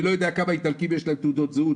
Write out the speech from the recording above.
אני לא יודע לכמה איטלקים יש תעודות זהות,